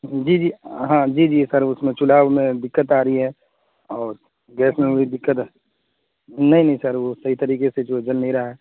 جی جی ہاں جی جی سر اس میں چولہا میں دقت آ رہی ہے اور گیس میں وہی دقت ہے نہیں نہیں سر وہ صحیح طریقے سے جو ہے جل نہیں رہا ہے